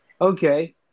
Okay